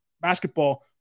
basketball –